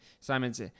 Simons